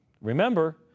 Remember